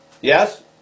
Yes